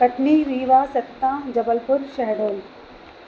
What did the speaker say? Katni Rewa Satna Jabalpur Shahdol